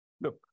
look